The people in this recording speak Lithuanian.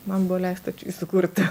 man buvo leista čia įsikurti